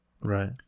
Right